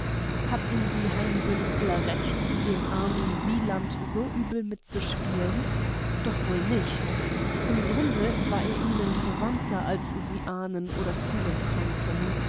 hatten die hainbündler recht dem armen wieland so übel mitzuspielen doch wohl nicht im grunde war er ihnen verwandter als sie ahnen oder fühlen konnten